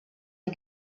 die